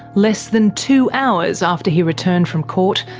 less than two hours after he returned from court,